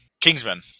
Kingsman